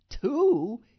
two